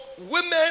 women